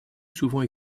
souvent